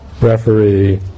referee